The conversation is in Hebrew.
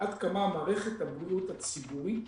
עד כמה מערכת הבריאות הציבורית,